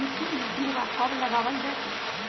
मिट्टी में बिरवा कब लगवल जयतई?